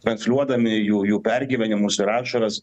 transliuodami jų jų pergyvenimus ir ašaras